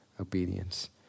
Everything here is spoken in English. obedience